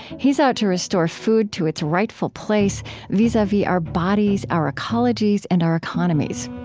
he's out to restore food to its rightful place vis-a-vis our bodies, our ecologies, and our economies.